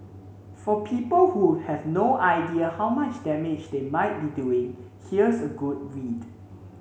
for people who have no idea how much damage they might be doing here's a good read